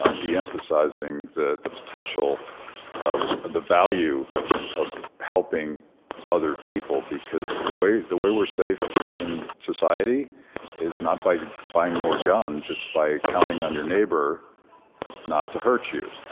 um deemphasizing the the potential of the value of helping other people. because the way the way we're safe in society is not by buying more guns. it's by counting on your neighbor not to hurt you.